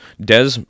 Des